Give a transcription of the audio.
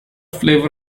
flavour